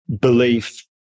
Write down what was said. belief